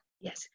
Yes